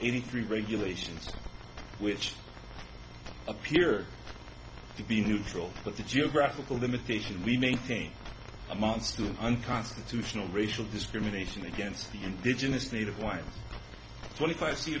eighty three regulations which appear to be neutral but the geographical limitation we may think amounts to unconstitutional racial discrimination against the indigenous native white twenty five see